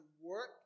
work